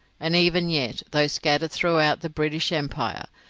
and even yet, though scattered throughout the british empire,